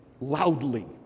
loudly